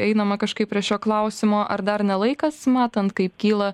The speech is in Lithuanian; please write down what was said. einama kažkaip prie šio klausimo ar dar ne laikas matant kaip kyla